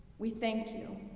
we thank you.